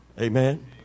Amen